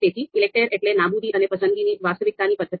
તેથી ELECTRE એટલે નાબૂદી અને પસંદગીની વાસ્તવિકતાની પદ્ધતિ